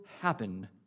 happen